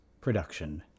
production